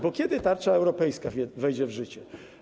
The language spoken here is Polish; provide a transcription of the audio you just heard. Bo kiedy tarcza europejska wejdzie w życie?